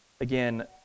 again